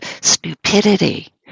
stupidity